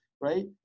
right